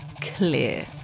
clear